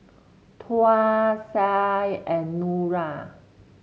Tuah Syah and Nura